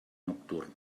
nocturn